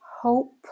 hope